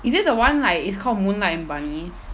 is it the one like it's called moonlight bunnies